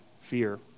fear